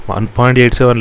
1.87